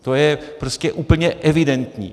To je prostě úplně evidentní.